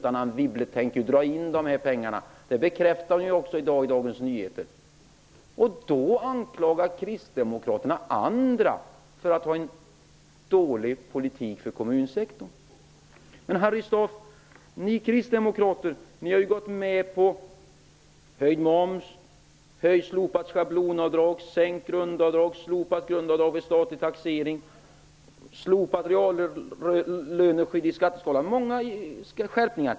Anne Wibble kommer ju att dra in dessa pengar, vilket hon också bekräftar i dag i Dagens Nyheter. I detta läge anklagar Kristdemokraterna andra för att ha en dålig politik för kommunsektorn. Men, Harry Staaf, ni kristdemokrater har ju gått med på höjd moms, höjd skatt, slopat schablonavdrag, sänkt grundavdrag, slopat grundavdrag i statlig taxering, slopat reallöneskydd i skatteskalan osv.